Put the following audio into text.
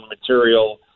material